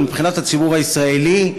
מבחינת הציבור הישראלי,